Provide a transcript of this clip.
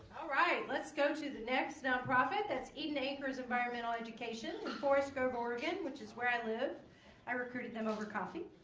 right let's go to the next nonprofit that's eaton acres environmental education forest grove oregon which is where i live i recruited them over coffee